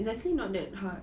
it's actually not that hard